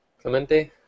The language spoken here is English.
Clemente